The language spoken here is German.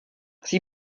sie